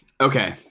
Okay